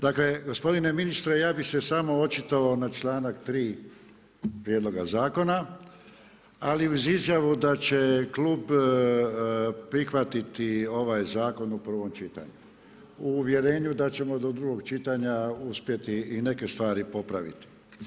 Dakle, gospodine ministre ja bih se samo očitovao na članak 3. prijedloga zakona ali uz izjavu da će klub prihvatiti ovaj zakon u prvom čitanju u uvjerenju da ćemo do drugog čitanja uspjeti i neke stvari popraviti.